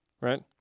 right